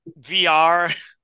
VR